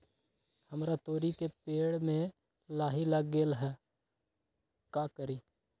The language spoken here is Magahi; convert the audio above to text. हमरा तोरी के पेड़ में लाही लग गेल है का करी?